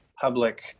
public